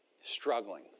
struggling